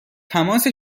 تماس